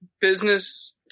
business